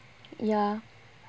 ya